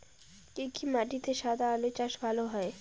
কি কি মাটিতে সাদা আলু চাষ ভালো হয়?